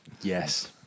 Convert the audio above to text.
yes